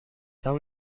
tell